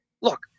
look